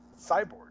Cyborg